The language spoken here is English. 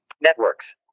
Networks